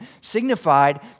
signified